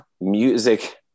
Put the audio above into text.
music